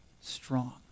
strong